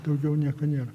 daugiau nieko nėra